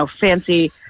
fancy